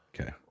Okay